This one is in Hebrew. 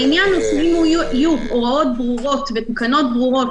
העניין הוא אם יהיו הוראות ברורות ותקנות ברורות,